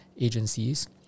agencies